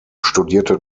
studierte